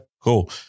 Cool